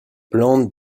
plantes